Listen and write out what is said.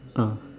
ah